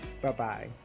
Bye-bye